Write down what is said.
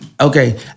Okay